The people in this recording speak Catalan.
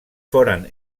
foren